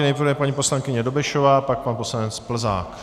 Nejprve paní poslankyně Dobešová, pak pan poslanec Plzák.